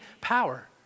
power